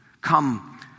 Come